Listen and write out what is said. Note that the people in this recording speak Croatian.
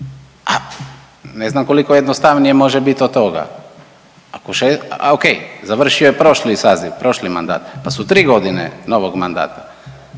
Ne znam koliko jednostavnije može biti od toga. O.k. Završio je prošli saziv, prošli mandat pa su tri godine novog mandata,